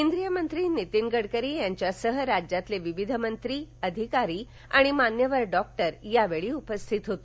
केंद्रीय मंत्री नितीन गडकरी यांच्यासह राज्यातले विविध मंत्री अधिकारी आणि मान्यवर डॉक्टर यावेळी उपस्थित होते